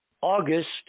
August